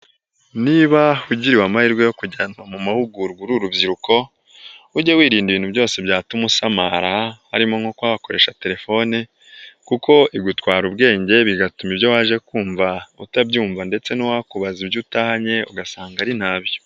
Niba ugiriwe amahirwe yo kujyanwa mu mahugurwauru uri urubyiruko ujye wirinda ibintu byose byatuma usamara harimo nko gukoresha telefone kuko igutwara ubwenge bigatuma ibyo waje kumva utabyumva ndetse n'uwakubaza ibyo utahanye ugasanga ari nta byo.